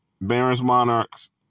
Barons-Monarchs